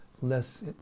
less